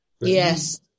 Yes